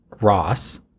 Ross